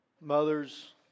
Mothers